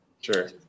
sure